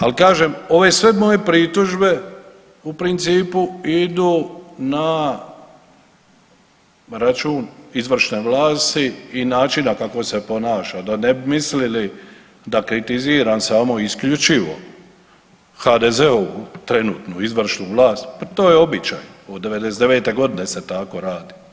Ali, kažem, ove sve moje pritužbe u principu idu na račun izvršne vlasti i načina kako se ponaša, da ne bi mislili da kritiziram samo isključivo HDZ-ovu trenutnu izvršnu vlast, pa to je običaj od '99. g. se tako radi.